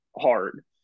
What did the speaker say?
hard